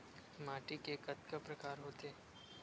माटी के कतका प्रकार होथे?